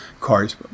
cars